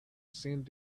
seemed